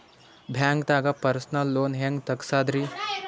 ಬ್ಯಾಂಕ್ದಾಗ personal loan ಹೆಂಗ್ ತಗ್ಸದ್ರಿ?